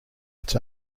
its